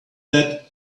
that